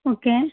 okay